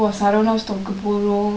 oh saravana store போரும்:porum